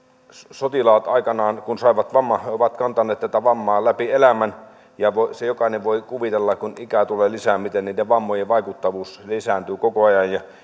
sotilaat aikanaan kun saivat vamman ovat kantaneet tätä vammaa läpi elämän ja jokainen voi kuvitella kun ikää tulee lisää miten niiden vammojen vaikuttavuus lisääntyy koko ajan